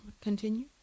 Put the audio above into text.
continue